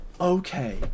Okay